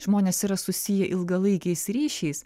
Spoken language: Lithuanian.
žmonės yra susiję ilgalaikiais ryšiais